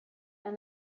and